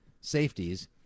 safeties